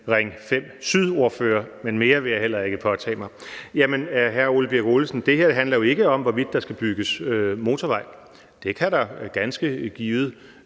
Ring 5 Syd-ordfører, men mere vil jeg heller ikke påtage mig. Hr. Ole Birk Olesen, det her jo ikke handler om, hvorvidt der skal bygges motorvej. Der kan ganske givet